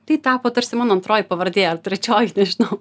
tai tapo tarsi mano antroji pavardė ar trečioji nežinau